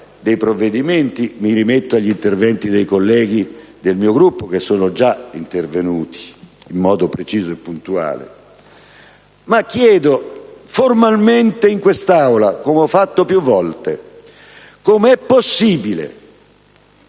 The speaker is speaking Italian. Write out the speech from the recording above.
dei provvedimenti mi rimetto agli interventi dei colleghi del mio Gruppo che sono già intervenuti in modo preciso. Chiedo formalmente in quest'Aula, come ho fatto più volte, come sia possibile